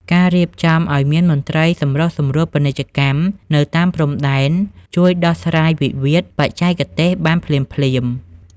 ការរៀបចំឱ្យមាន "មន្ត្រីសម្រុះសម្រួលពាណិជ្ជកម្ម" នៅតាមព្រំដែន ជួយដោះស្រាយវិវាទបច្ចេកទេសបានភ្លាមៗ។